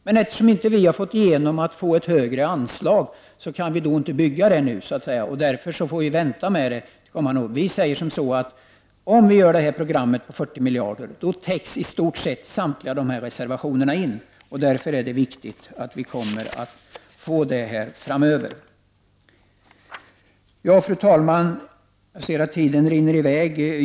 Men eftersom vi inte har fått igenom ett högre anslag kan vi inte genomföra detta nu, och vi får därför vänta till kommande år. Om programmet på 40 miljarder genomförs täcks i stort sett samtliga dessa reservationer in. Det är därför viktigt att programmet genomförs framöver. Fru talman! Jag ser att tiden rinner i väg.